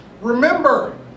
Remember